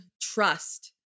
trust